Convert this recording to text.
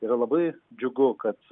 yra labai džiugu kad